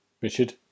Richard